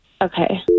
Okay